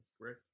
great